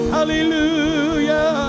Hallelujah